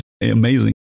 amazing